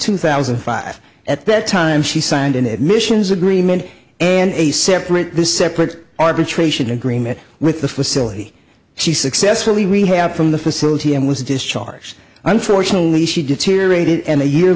two thousand and five at that time she signed an admissions agreement and a separate this separate arbitration agreement with the facility she successfully rehab from the facility and was discharged unfortunately she deteriorated and a year